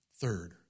Third